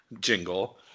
jingle